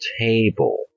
table